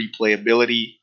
replayability